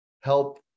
help